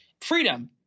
freedom